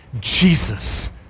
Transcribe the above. Jesus